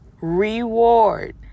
Reward